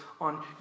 on